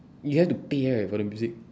you have to pay right for the music